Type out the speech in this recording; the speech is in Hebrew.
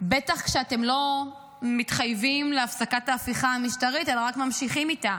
בטח כשאתם לא מתחייבים להפסקת ההפיכה המשטרתית אלא רק ממשיכים איתה,